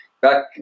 Back